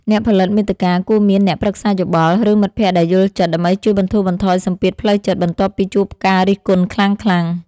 អ្នកផលិតមាតិកាគួរមានអ្នកប្រឹក្សាយោបល់ ឬមិត្តភក្តិដែលយល់ចិត្ត ដើម្បីជួយបន្ធូរបន្ថយសម្ពាធផ្លូវចិត្តបន្ទាប់ពីជួបការរិះគន់ខ្លាំងៗ។